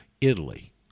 Italy